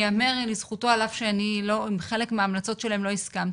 ייאמר לזכותו על אף שאני עם חלק מההמלצות שלהם לא הסכמתי.